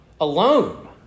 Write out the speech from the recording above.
alone